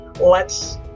lets